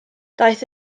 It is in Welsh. daeth